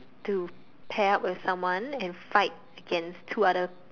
to pair up with someone and fight against two other